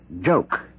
joke